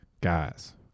guys